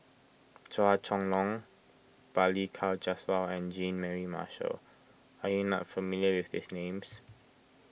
Chua Chong Long Balli Kaur Jaswal and Jean Mary Marshall are you not familiar with these names